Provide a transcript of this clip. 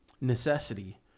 necessity